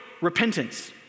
repentance—